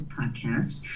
podcast